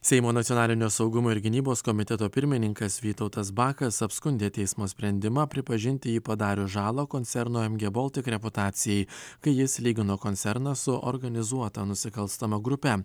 seimo nacionalinio saugumo ir gynybos komiteto pirmininkas vytautas bakas apskundė teismo sprendimą pripažinti jį padarius žalą koncerno em gė boltik reputacijai kai jis lygino koncerną su organizuota nusikalstama grupe